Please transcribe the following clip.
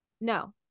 No